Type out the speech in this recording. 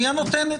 היא הנותנת.